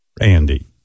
Andy